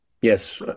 Yes